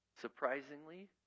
Surprisingly